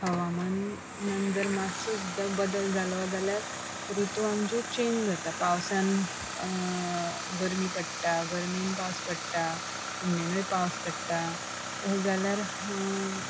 हवामान जर मात्सो सुद्दां बदल जालो जाल्यार ऋतू आमचे चेंज जाता पावसान गर्मी पडटा गरमेन पावस पडटा थंडेनूय पावस पडटा तशें जाल्यार